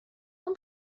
اون